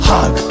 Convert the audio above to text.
Hug